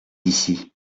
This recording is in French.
ici